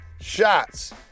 shots